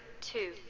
two